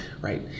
right